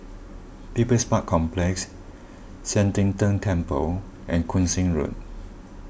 People's Park Complex Sian Teck Tng Temple and Koon Seng Road